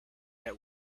yet